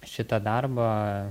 šitą darbą